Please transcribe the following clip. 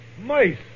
mice